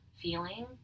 feeling